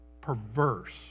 Perverse